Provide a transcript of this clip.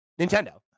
Nintendo